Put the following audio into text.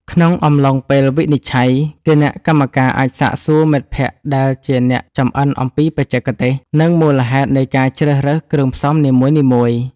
ក្នុងអំឡុងពេលវិនិច្ឆ័យ គណៈកម្មការអាចសាកសួរមិត្តភក្តិដែលជាអ្នកចម្អិនអំពីបច្ចេកទេស និងមូលហេតុនៃការជ្រើសរើសគ្រឿងផ្សំនីមួយៗ។